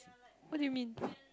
what do you mean